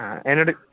ആ എന്നോട്